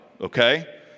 Okay